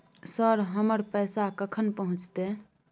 Sir, हमर पैसा कखन पहुंचतै?